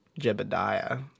Jebediah